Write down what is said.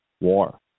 war